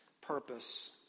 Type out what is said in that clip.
purpose